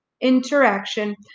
interaction